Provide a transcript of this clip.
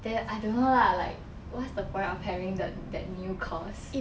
then I don't know lah like what's the point of having the that new course